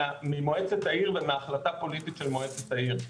ממועצת העיר ומהחלטה פוליטית של מועצת העיר.